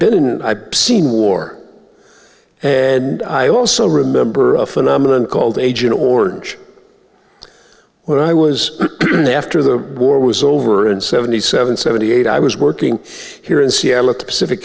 been and i've seen war and i also remember a phenomenon called agent orange when i was in after the war was over in seventy seven seventy eight i was working here in seattle at the pacific